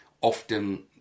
often